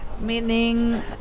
Meaning